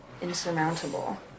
insurmountable